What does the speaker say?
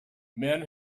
men